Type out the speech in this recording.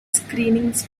screenings